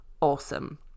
Awesome